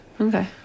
Okay